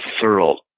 thorough